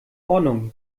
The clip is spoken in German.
ordnung